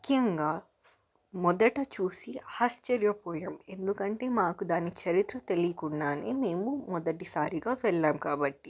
ముఖ్యంగా మొదట చూసి ఆశ్చర్యపోయాం ఎందుకంటే మాకు దాని చరిత్ర తెలియకుండానే మేము మొదటిసారిగా వెళ్ళాం కాబట్టి